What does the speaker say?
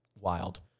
Wild